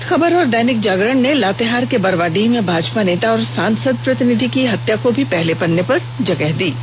प्रभात खबर और दैनिक जागरण ने लातेहार के बरवाडीह में भाजपा नेता और सांसद प्रतिनिधि की हत्या को भी पहले पन्ने पर जगह दी है